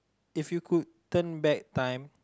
if you could turn back time